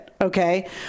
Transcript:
Okay